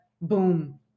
Boom